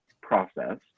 process